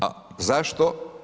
A zašto?